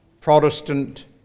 Protestant